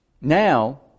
Now